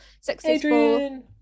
successful-